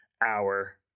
hour